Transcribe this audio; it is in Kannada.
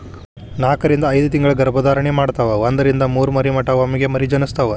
ನಾಕರಿಂದ ಐದತಿಂಗಳ ಗರ್ಭ ಧಾರಣೆ ಮಾಡತಾವ ಒಂದರಿಂದ ಮೂರ ಮರಿ ಮಟಾ ಒಮ್ಮೆಗೆ ಮರಿ ಜನಸ್ತಾವ